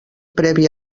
previ